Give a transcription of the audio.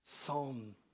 psalm